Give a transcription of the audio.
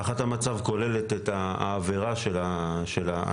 הערכת המצב כוללת את העבירה של העצור,